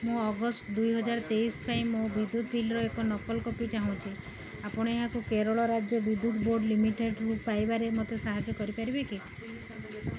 ମୁଁ ଅଗଷ୍ଟ ଦୁଇ ହଜାର ତେଇଶ ପାଇଁ ମୋ ବିଦ୍ୟୁତ ବିଲ୍ର ଏକ ନକଲ କପି ଚାହୁଁଛି ଆପଣ ଏହାକୁ କେରଳ ରାଜ୍ୟ ବିଦ୍ୟୁତ ବୋର୍ଡ଼ ଲିମିଟେଡ଼୍ରୁ ପାଇବାରେ ମୋତେ ସାହାଯ୍ୟ କରିପାରିବେ କି